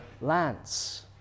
lands